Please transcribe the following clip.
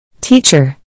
Teacher